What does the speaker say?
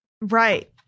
Right